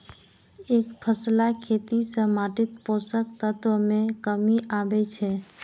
एकफसला खेती सं माटिक पोषक तत्व मे कमी आबै छै